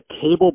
cable